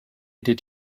did